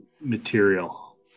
material